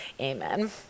amen